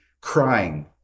crying